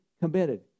committed